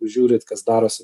žiūrit kas darosi